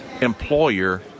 employer